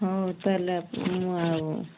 ହଉ ତା'ହେଲେ ମୁଁ ଆଉ